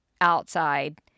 outside